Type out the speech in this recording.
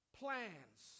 plans